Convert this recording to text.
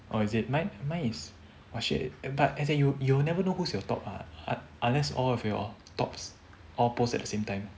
oh is it my mine is !wah! shit but as in you you will never know who's your top ah unless all of your tops all post at the same time